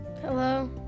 Hello